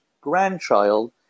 grandchild